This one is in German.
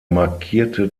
markierte